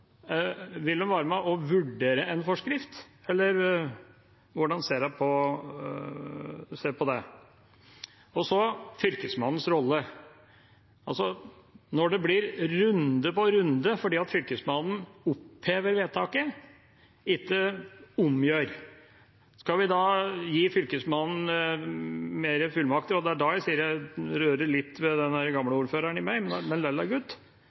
Vil hun være med på å vurdere en forskrift, eller hvordan ser hun på det? Så til Fylkesmannens rolle: Når det blir runde på runde fordi Fylkesmannen opphever vedtaket, ikke omgjør det, skal vi da gi Fylkesmannen flere fullmakter? Det er da det rører ved gamleordføreren i meg, men